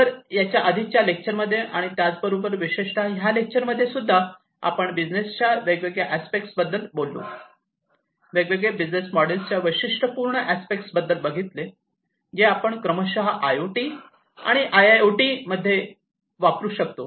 तर याच्या आधीच्या लेक्चर मध्ये आणि त्याच बरोबर विशेषतः ह्या लेक्चर मध्ये सुद्धा आपण बिझनेस च्या वेगवेगळ्या अस्पेक्ट बद्दल वेगवेगळे बिजनेस मॉडेल्सच्या वैशिष्ट्यपूर्ण आस्पेक्टस बद्दल बघितले जे आपण क्रमशः आय ओ टी आणि आय आय ओ टी मध्ये वापरू शकतो